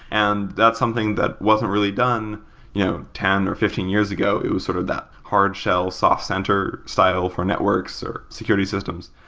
and that's something that wasn't really done you know ten, or fifteen years ago. it was sort of that hard shell, soft center style for networks, or security systems,